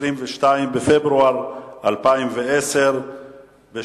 22 בפברואר 2010,